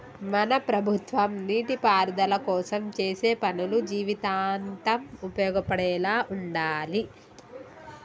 మన ప్రభుత్వం నీటిపారుదల కోసం చేసే పనులు జీవితాంతం ఉపయోగపడేలా ఉండాలి